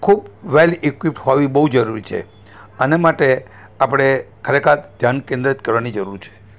ખૂબ well equipped હોવી બહુ જરૂરી છે આના માટે આપણે ખરેખર ધ્યાન કેન્દ્રિત કરવાની જરૂર છે